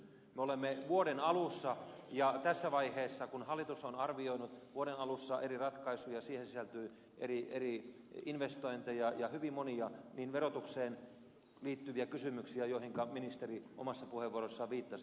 me olemme vuoden alussa ja tässä vaiheessa kun hallitus on arvioinut vuoden alussa eri ratkaisuja siihen sisältyy eri investointeja ja hyvin monia verotukseen liittyviä kysymyksiä joihinka ministeri omassa puheenvuorossaan viittasi